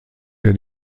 der